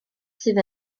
sydd